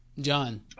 John